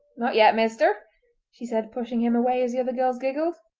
not yet, mister she said, pushing him away, as the other girls giggled.